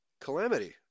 calamity